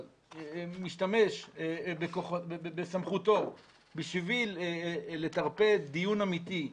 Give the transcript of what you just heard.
אבל משתמש בסמכותו בשביל לטרפד דיון אמיתי,